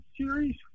series